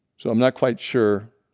so i'm not quite sure